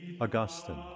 Augustine